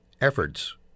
efforts